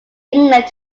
england